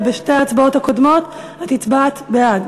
ובשתי ההצבעות הקודמות את הצבעת בעד.